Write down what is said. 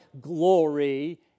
glory